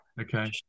Okay